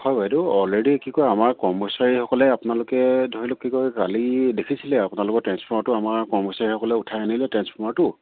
হয় বাইদেউ অলৰেডি কি কয় আমাৰ কৰ্মচাৰীসকলে আপোনালোকে ধৰি লওক কি কিয় কালি দেখিছিলে আপোনালোকৰ ট্ৰেঞ্চফৰ্মাৰটো আমাৰ কৰ্মচাৰীসকলে উঠাই আনিলে টেঞ্চফৰ্মাৰটো